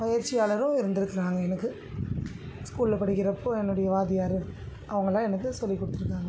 பயிற்சியாளரும் இருந்திருக்காங்க எனக்கு ஸ்கூல்ல படிக்கிறப்போ என்னுடைய வாத்தியார் அவங்கெல்லாம் எனக்கு சொல்லிக்கொடுத்துருக்காங்க